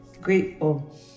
grateful